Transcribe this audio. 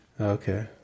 Okay